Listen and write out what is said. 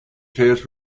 tasks